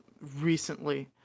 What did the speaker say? recently